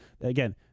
Again